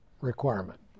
requirement